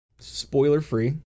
spoiler-free